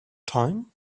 time